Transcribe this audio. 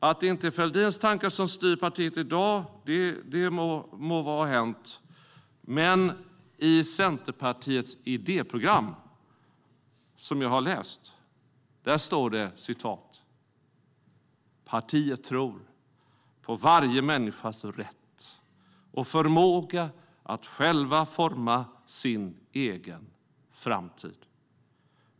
Att det inte är Fälldins tankar som styr partiet i dag må vara hänt, men i Centerpartiets idéprogram står det att partiet "tror på varje människas rätt och förmåga att själv forma sin egen framtid.